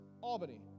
Albany